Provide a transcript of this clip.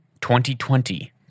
2020